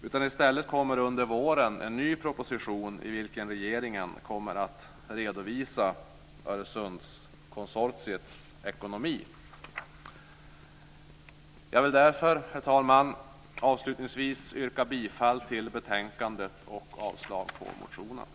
Under våren kommer det en ny proposition i vilken regeringen kommer att redovisa Öresundskonsortiets ekonomi. Herr talman! Jag vill avslutningsvis yrka bifall till hemställan i betänkandet och avslag på motionen.